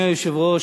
אדוני היושב-ראש,